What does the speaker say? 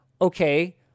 Okay